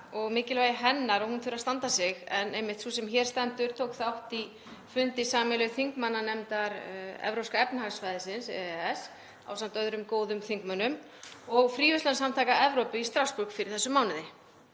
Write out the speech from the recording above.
og mikilvægi hennar og að hún þurfi að standa sig en sú sem hér stendur tók þátt í fundi sameiginlegu þingmannanefndar Evrópska efnahagssvæðisins, EES, ásamt öðrum góðum þingmönnum og Fríverslunarsamtaka Evrópu í Strassburg fyrr í þessum mánuði.